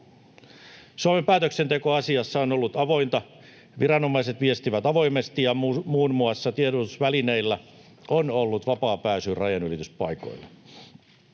Suomen päätöksenteko asiassa on ollut avointa. Viranomaiset viestivät avoimesti ja muun muassa tiedotusvälineillä on ollut vapaa pääsy rajanylityspaikoille.